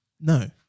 no